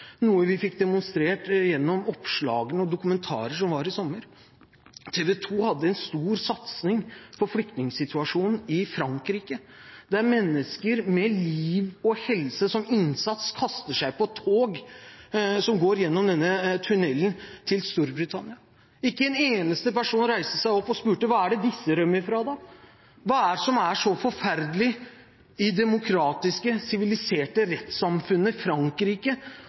noe vi fikk demonstrert gjennom oppslag og dokumentarer som var i sommer. TV 2 hadde en stor satsing på flyktningsituasjonen i Frankrike, der mennesker med liv og helse som innsats kaster seg på tog som går gjennom tunnelen til Storbritannia. Ikke en eneste person reiste seg opp og spurte: Hva er det disse rømmer fra, da? Hva er det som er så forferdelig i det demokratiske, siviliserte rettssamfunnet Frankrike